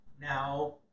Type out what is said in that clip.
now